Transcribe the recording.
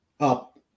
up